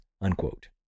unquote